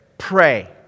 Pray